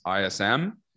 ISM